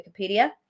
Wikipedia